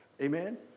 Amen